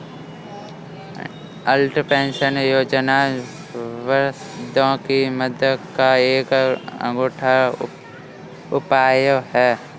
अटल pension योजना वृद्धों की मदद का एक अनूठा उपाय है